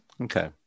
Okay